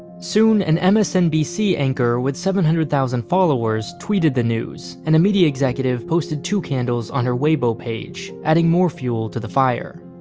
soon, an msnbc anchor with seven hundred thousand followers tweeted the news, and a media executive posted two candles on her weibo page adding more fuel to the fire.